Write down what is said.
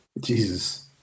Jesus